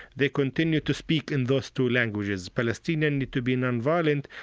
they continue to speak in those two languages palestinian to be nonviolent,